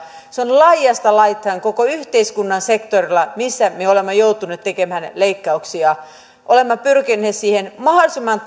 laidasta laitaan koko yhteiskunnan sektorilla me olemme joutuneet tekemään leikkauksia olemme pyrkineet siihen mahdollisimman